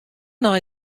nei